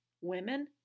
women